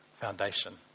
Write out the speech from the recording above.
foundation